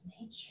nature